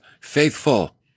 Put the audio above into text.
faithful